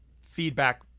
feedback